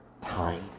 time